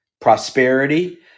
prosperity